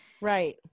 Right